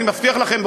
אני מבטיח לכם,